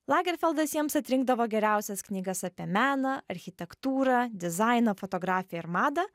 lagerfeldas jiems atrinkdavo geriausias knygas apie meną architektūrą dizainą fotografiją ir madą